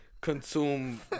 consume